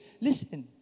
Listen